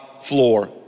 floor